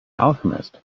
alchemist